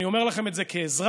אני אומר לכם את זה כאזרח,